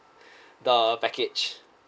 the package